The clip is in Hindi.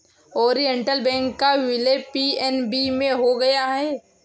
ओरिएण्टल बैंक का विलय पी.एन.बी में हो गया है